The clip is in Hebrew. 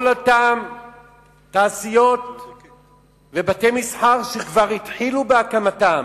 כל אותם תעשיות ובתי-מסחר שכבר החלו בהקמתם,